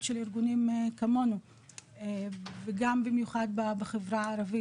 של ארגונים כמונו וגם במיוחד בחברה הערבית,